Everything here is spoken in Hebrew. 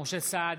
משה סעדה,